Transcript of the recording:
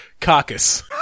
Carcass